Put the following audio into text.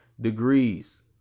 degrees